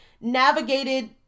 navigated